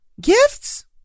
Gifts